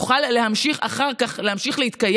יוכל להמשיך אחר כך להתקיים,